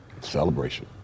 Celebration